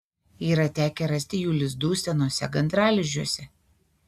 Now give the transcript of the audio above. yra tekę rasti jų lizdų senuose gandralizdžiuose